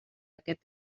aquests